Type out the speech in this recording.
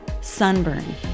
sunburn